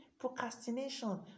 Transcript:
Procrastination